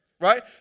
right